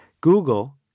Google